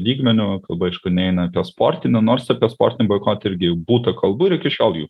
lygmeniu kalba aišku neina apie sportinį nors apie sportinį boikotą irgi jau būta kalbų ir iki šiol jų